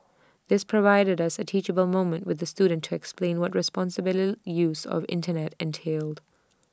this provided us A teachable moment with the student to explain what responsible lily use of Internet entailed